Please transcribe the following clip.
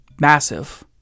massive